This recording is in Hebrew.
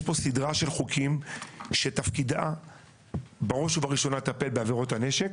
יש פה סדרה של חוקים שתפקידה בראש ובראשונה לטפל בעבירות הנשק,